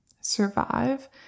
survive